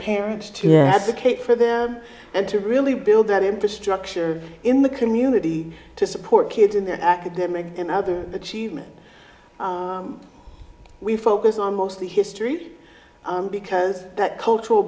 parents to yaz a cake for them and to really build that infrastructure in the community to support kids in their academic and other achievement we focus on mostly history because that cultural